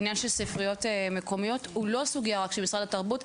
עניין של ספריות מקומיות הוא לא סוגיה רק של משרד התרבות,